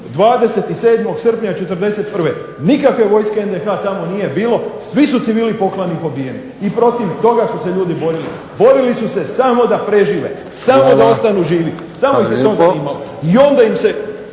27. srpnja '41. Nikakve vojske NDH tamo nije bilo, svi su civili poklani i pobijeni. I protiv toga su se ljudi borili, borili su se samo da prežive, samo da ostanu živi, samo ih je to zanimalo. I onda im se,